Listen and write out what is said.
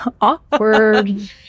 awkward